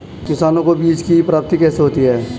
किसानों को बीज की प्राप्ति कैसे होती है?